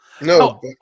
No